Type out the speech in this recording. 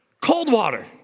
Coldwater